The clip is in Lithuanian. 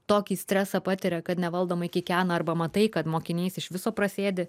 tokį stresą patiria kad nevaldomai kikena arba matai kad mokinys iš viso prasėdi